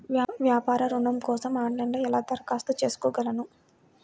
వ్యాపార ఋణం కోసం ఆన్లైన్లో ఎలా దరఖాస్తు చేసుకోగలను?